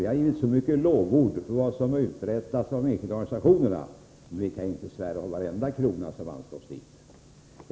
Vi har givit de enskilda organisationerna många lovord för vad de uträttat, men vi kan naturligtvis inte svära på varenda krona som anslås — inte heller till dessa organisationer.